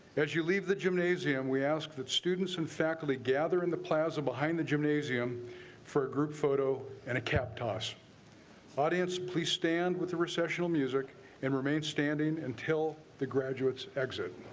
as you leave the gymnasium we ask that students and faculty gather in the plaza behind the gymnasium for a group photo and a cap rtos audience please stand with the recessional music and remain standing until the graduates exit.